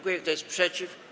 Kto jest przeciw?